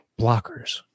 blockers